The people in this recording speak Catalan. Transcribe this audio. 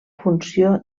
funció